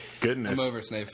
Goodness